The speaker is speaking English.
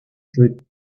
trip